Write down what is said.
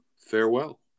farewell